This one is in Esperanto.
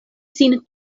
sin